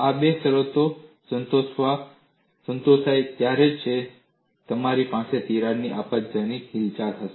આ બે શરતો સંતોષાય ત્યારે જ તમારી પાસે તિરાડની આપત્તિજનક હિલચાલ હશે